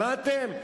שמעתם?